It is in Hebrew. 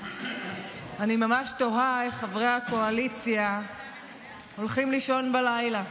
אני ממש תוהה איך חברי הקואליציה הולכים לישון בלילה.